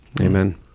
Amen